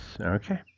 Okay